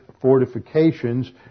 fortifications